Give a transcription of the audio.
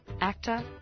actor